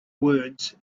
words